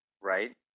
right